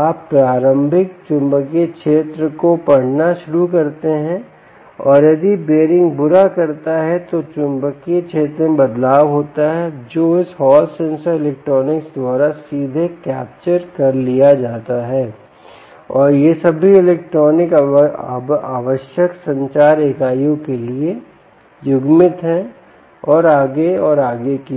आप प्रारंभिक चुंबकीय क्षेत्र को पढ़ना शुरू करते हैं और यदि बीयररिंग बुरा करता है तो चुंबकीय क्षेत्र में बदलाव होता है जो इस हॉल सेंसर इलेक्ट्रॉनिक्स द्वारा सीधे कैप्चर कर लिया जाता है और यह सभी इलेक्ट्रॉनिक अब आवश्यक संचार इकाइयों के लिए युग्मित है और आगे और आगे की ओर